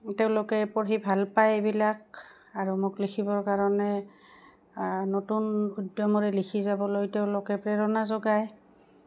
তেওঁলোকে পঢ়ি ভাল পায় এইবিলাক আৰু মোক লিখিবৰ কাৰণে নতুন উদ্যমৰে লিখি যাবলৈ তেওঁলোকে প্ৰেৰণা যোগায়